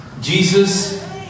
Jesus